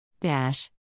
Dash